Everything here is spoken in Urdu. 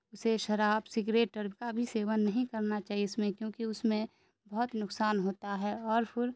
اسے شراب سگریٹ اور کا بھی سیون نہیں کرنا چاہیے اس میں کیونکہ اس میں بہت نقصان ہوتا ہے اور پھر